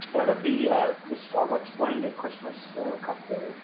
but the the starbucks-branded christmas cup here,